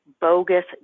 bogus